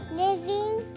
living